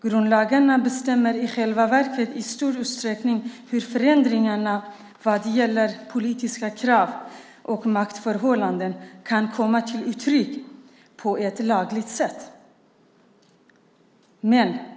Grundlagarna bestämmer i själva verket i stor utsträckning hur förändringarna vad gäller politiska krav och maktförhållanden kan komma till uttryck på ett lagligt sätt.